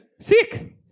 Sick